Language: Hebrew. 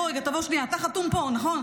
בוא רגע, תבוא שנייה, אתה חתום פה, נכון?